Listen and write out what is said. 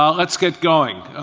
um let's get going.